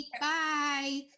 bye